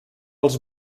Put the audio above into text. els